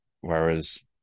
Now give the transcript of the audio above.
Whereas